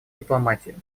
дипломатию